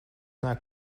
not